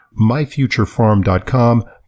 myfuturefarm.com